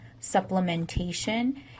supplementation